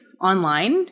online